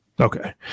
okay